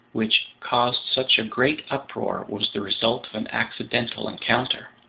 which caused such a great uproar, was the result of an accidental encounter?